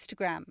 Instagram